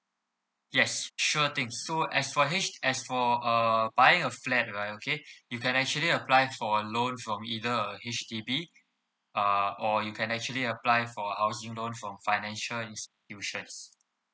yes sure thing so as for H as for uh buying a flat right okay you can actually apply for a loan from either a H_D_B uh or you can actually apply for housing loan from financial institutions